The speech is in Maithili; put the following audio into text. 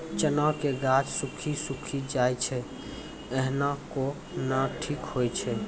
चना के गाछ सुखी सुखी जाए छै कहना को ना ठीक हो छै?